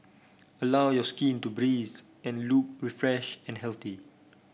allow your skin to breathe and look refreshed and healthy